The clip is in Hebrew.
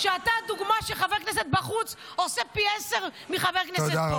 שאתה הדוגמה שחבר כנסת בחוץ עושה פי עשרה מחבר כנסת פה.